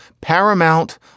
Paramount